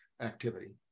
activity